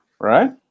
right